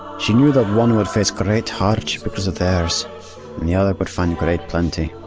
she knew that one would face great hardship because of theirs, and the other would find great plenty,